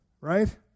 right